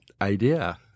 idea